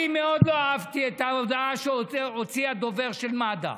אני מאוד לא אהבתי את ההודעה שהוציא הדובר של מד"א: